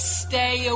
stay